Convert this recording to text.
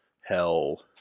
hell